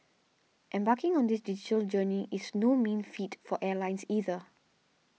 embarking on this digital journey is no mean feat for airlines either